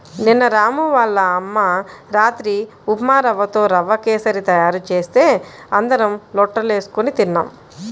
నిన్న రాము వాళ్ళ అమ్మ రాత్రి ఉప్మారవ్వతో రవ్వ కేశరి తయారు చేస్తే అందరం లొట్టలేస్కొని తిన్నాం